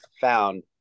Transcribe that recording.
found